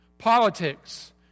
Politics